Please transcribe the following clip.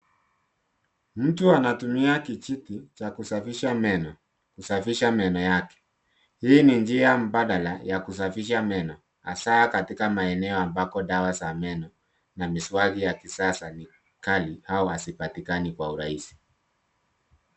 Mtu anatumia kijiti cha kusafisha meno kusafisha meno yake, hii ni njia mbada ya kusafisha meno hasaa katika maeneo ambako dawa za meno na miswaki ya kisasa ni ghali au hazipatikani kwa urahisi.